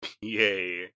Yay